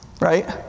right